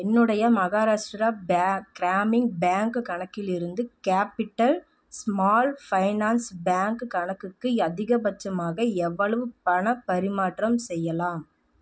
என்னுடைய மகாராஷ்டிரா பே கிராமின் பேங்க் கணக்கிலிருந்து கேப்பிட்டல் ஸ்மால் ஃபைனான்ஸ் பேங்க் கணக்குக்கு அதிகபட்சமாக எவ்வளவு பணப் பரிமாற்றம் செய்யலாம்